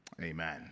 Amen